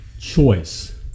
choice